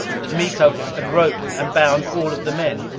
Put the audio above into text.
that miko had roped and bound all of the men,